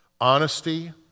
honesty